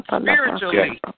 spiritually